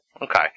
Okay